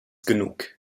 genug